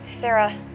Sarah